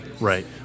Right